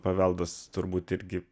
paveldas turbūt irgi